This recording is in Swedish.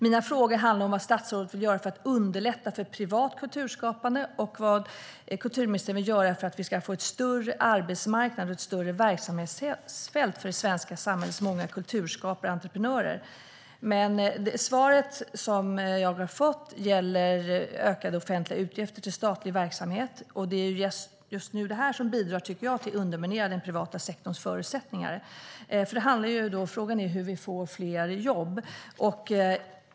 Mina frågor handlar om vad statsrådet vill göra för att underlätta för privat kulturskapande och vad kulturministern vill göra för att vi ska få en större arbetsmarknad och ett större verksamhetsfält för det svenska samhällets många kulturskapare och entreprenörer. Men det svar som jag har fått gäller ökade offentliga utgifter till statlig verksamhet. Det är just nu det som bidrar, tycker jag, till att underminera den privata sektorns förutsättningar. Frågan är hur vi får fler jobb.